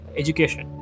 education